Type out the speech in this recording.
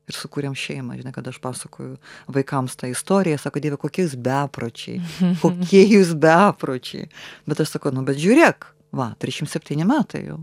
ir sukūrėm šeimą žinia kad aš pasakoju vaikams tą istoriją ir jie sako dieve kokie jūs bepročiai kokie jūs bepročiai bet aš sakau nu bet žiūrėk va trisdešimt septyni metai